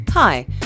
Hi